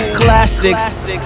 classics